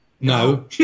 No